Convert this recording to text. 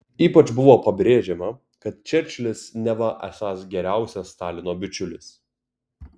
ypač buvo pabrėžiama kad čerčilis neva esąs geriausias stalino bičiulis